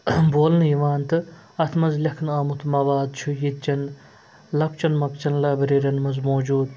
بولنہٕ یِوان تہٕ اَتھ منٛز لیکھنہٕ آمُت مواد چھُ ییٚتچَن لۄکچَن مۄکچَن لایبرٮ۪ن منٛز موجوٗد